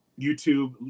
YouTube